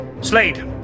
Slade